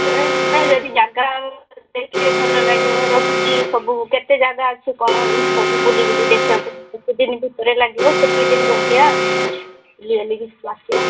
rate ଯଦି ଜାଗା ହେବ ଦେଖିଲେ ଭଲ ଲାଗିବ ରହିକି ସବୁ କେତେ ଜାଗା ଅଛି କ'ଣ ସବୁ ବୁଲି ବୁଲି ଦେଖିବାକୁ କେତେଦିନ ଭିତରେ ଲାଗିବ ସେତିକି ଦିନ ରହିବା ବୁଲି ବାଲିକି ଆସିବା